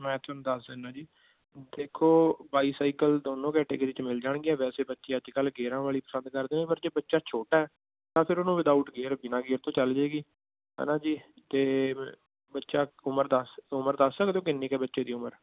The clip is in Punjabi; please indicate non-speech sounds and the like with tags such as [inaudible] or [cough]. ਮੈਂ ਤੁਹਾਨੂੰ ਦੱਸ ਦਿੰਦਾ ਜੀ ਦੇਖੋ ਬਾਈਸਾਈਕਲ ਦੋਨੋਂ ਕੈਟੇਗਰੀ 'ਚ ਮਿਲ ਜਾਣਗੀਆਂ ਵੈਸੇ ਬੱਚੇ ਅੱਜ ਕੱਲ੍ਹ ਗੇਅਰਾਂ ਵਾਲੀ ਪਸੰਦ ਕਰਦੇ ਹੈ ਪਰ ਜੇ ਬੱਚਾ ਛੋਟਾ ਹੈ ਤਾਂ ਫਿਰ ਉਹਨੂੰ ਵਿਦਆਊਟ ਗੇਅਰ ਬਿਨਾਂ ਗੇਅਰ ਤੋਂ ਚੱਲ ਜਾਏਗੀ ਹੈ ਨਾ ਜੀ ਅਤੇ [unintelligible] ਬੱਚਾ ਉਮਰ ਦੱਸ ਉਮਰ ਦੱਸ ਸਕਦੇ ਹੋ ਕਿੰਨੀ ਕੁ ਹੈ ਬੱਚੇ ਦੀ ਉਮਰ